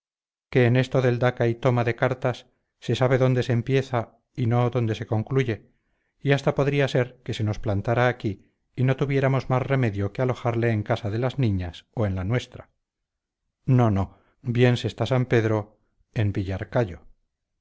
que en esto del daca y toma de cartas se sabe dónde se empieza y no dónde se concluye y hasta podría ser que se nos plantara aquí y no tuviéramos más remedio que alojarle en casa de las niñas o en la nuestra no no bien se está san pedro en villarcayo